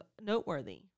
noteworthy